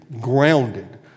grounded